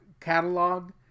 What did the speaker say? catalog